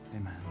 Amen